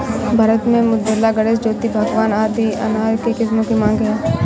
भारत में मृदुला, गणेश, ज्योति, भगवा आदि अनार के किस्मों की मांग है